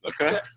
Okay